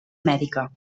mèdica